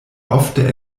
ofte